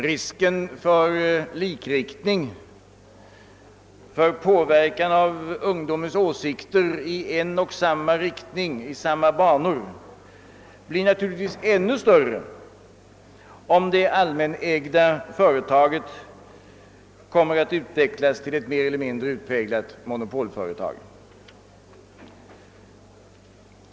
Riskerna för likriktning, för påverkan av ungdomens åsikter i en och samma riktning, i samma banor, blir naturligtvis ännu större, om det allmänägda företaget kommer att utvecklas till ett mer eller mindre utpräglat monopolföretag.